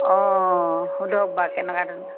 অঁ সোধক বাৰু কেনেকুৱা